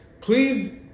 Please